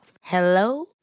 Hello